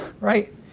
right